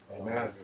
Amen